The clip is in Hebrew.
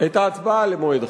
את ההצבעה למועד אחר.